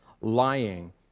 lying